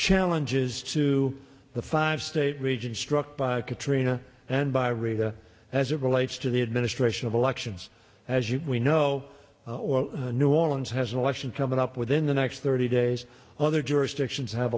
challenges to the five state region struck by katrina and by rita as it relates to the administration of elections as you know new orleans has an election coming up within the next thirty days other jurisdictions have